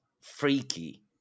freaky